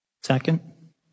Second